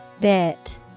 Bit